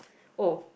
oh